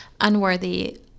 unworthy